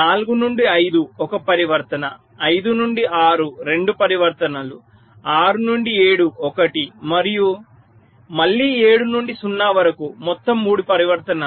4 నుండి 5 1 పరివర్తన 5 నుండి 6 2 పరివర్తనాలు 6 నుండి 7 1 మరియు మళ్ళీ 7 నుండి 0 వరకు మొత్తం 3 పరివర్తనాలు